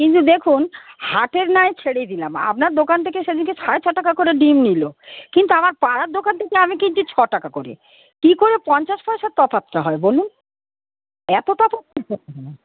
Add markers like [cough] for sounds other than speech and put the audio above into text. কিন্তু দেখুন হাটের নায় ছেড়েই দিলাম আপনার দোকান থেকে সেদিনকে সাড়ে ছ টাকা করে ডিম নিলো কিন্তু আমার পাড়ার দোকান থেকে আমি কিনছি ছ টাকা করে কী করে পঞ্চাশ পয়সার তফাৎটা হয় বলুন এত তফাৎ [unintelligible]